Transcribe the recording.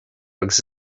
agus